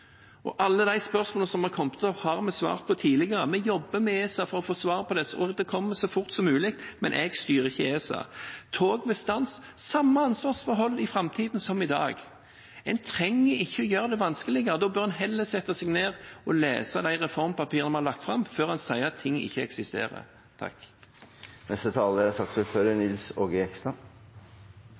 Alle de spørsmålene som har kommet opp, har vi svart på tidligere: Vi jobber med ESA for å få svar på dette, og det kommer så fort som mulig, men jeg styrer ikke ESA. Tog ved stans: Samme ansvarsforhold i framtiden som i dag. En trenger ikke å gjøre det vanskeligere. Da bør en heller sette seg ned og lese de reformpapirene vi har lagt fram, før en sier at ting ikke eksisterer.